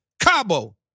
Cabo